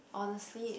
honestly it